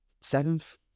Seventh